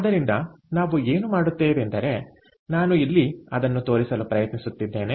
ಆದ್ದರಿಂದ ನಾವು ಏನು ಮಾಡುತ್ತೇವೆಂದರೆ ನಾನು ಇಲ್ಲಿ ಅದನ್ನು ತೋರಿಸಲು ಪ್ರಯತ್ನಿಸುತ್ತಿದ್ದೇನೆ